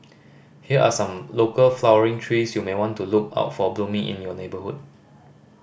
here are some local flowering trees you may want to look out for blooming in your neighbourhood